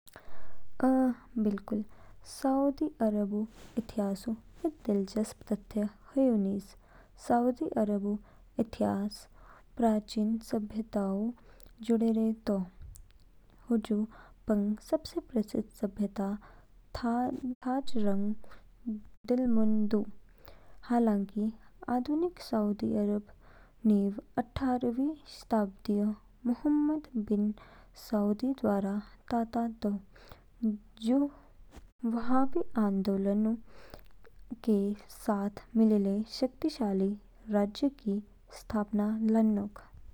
अ, बिल्कुल। सउदी अरबऊ इतिहासऊ इद दिलचस्प तथ्य ह्यू निज। सउदी अरबऊ इतिहास प्राचीन सभ्यताओंस जुडेडे तो, हजू पंग सबसे प्रसिद्ध सभ्यता थाज़ रंग दीलमुन दू। हालांकि, आधुनिक सउदी अरबऊ नींव अट्ठहारहवीं शताब्दीऊ मुहम्मद बिन सउद द्वारा ताता तो, जूस वाहाबी आंदोलन के साथ मिलेले शक्तिशाली राज्य की स्थापना लानोग।